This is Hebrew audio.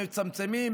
מצמצמים,